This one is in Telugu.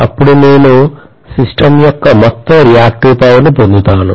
అప్పుడు నేను సిస్టమ్ యొక్క మొత్తం రియాక్టివ్ పవర్ ను పొందుతాను